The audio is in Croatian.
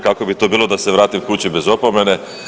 Kako bi to bilo da se vratim kući bez opomene.